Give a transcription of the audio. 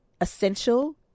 essential